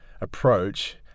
approach